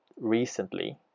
recently